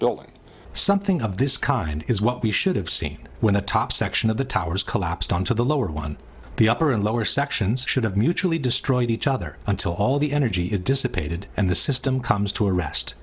building something of this kind is what we should have seen when the top section of the towers collapsed on to the lower one the upper and lower sections should have mutually destroyed each other until all the energy is dissipated and the system comes to a rest